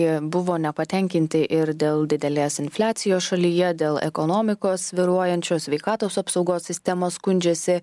buvo nepatenkinti ir dėl didelės infliacijos šalyje dėl ekonomikos svyruojančios sveikatos apsaugos sistemos skundžiasi